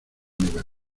nivel